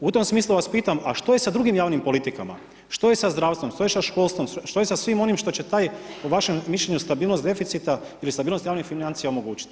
U tom smislu vas pitam, a što je drugim javnim politikama, što je sa zdravstvom, što je sa školstvom što je sa svim onim što će taj po vašem mišljenju stabilnost deficita ili stabilnost javnih financija omogućiti?